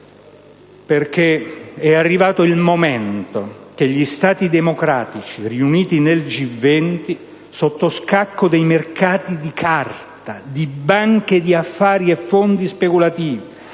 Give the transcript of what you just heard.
È arrivato il momento che gli Stati democratici riuniti nel G20, sotto scacco dei mercati di carta, di banche di affari, fondi speculativi,